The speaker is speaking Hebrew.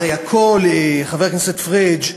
חבר הכנסת פריג',